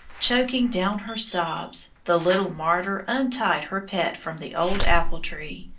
choking down her sobs, the little martyr untied her pet from the old appletree,